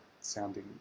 sounding